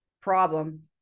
problem